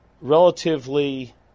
relatively